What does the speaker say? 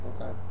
Okay